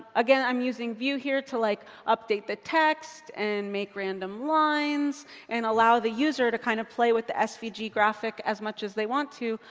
again, i'm using vue here to like update the text and make random lines and allow the user to kind of play with the svg graphic as much as they want to.